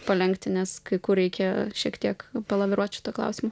palenkti nes kai kur reikia šiek tiek laviruot šituo klausimu